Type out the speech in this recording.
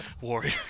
Warrior